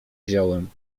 wziąłem